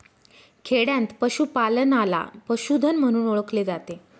खेडयांत पशूपालनाला पशुधन म्हणून ओळखले जाते